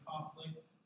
conflict